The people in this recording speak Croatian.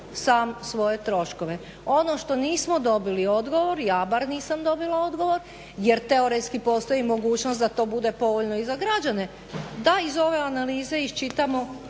sam svoje troškove. Ono što nismo dobili odgovor, ja bar nisam dobila odgovor jer teoretski postoji mogućnost da to bude povoljno i za građane, da iz ove analize iščitamo